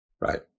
Right